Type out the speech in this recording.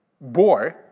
boy